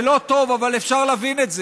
זה לא טוב, אבל אפשר להבין את זה.